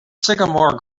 sycamore